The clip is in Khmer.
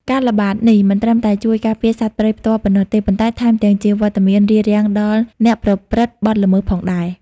ការល្បាតនេះមិនត្រឹមតែជួយការពារសត្វព្រៃផ្ទាល់ប៉ុណ្ណោះទេ ប៉ុន្តែថែមទាំងជាវត្តមានរារាំងដល់អ្នកប្រព្រឹត្តបទល្មើសផងដែរ។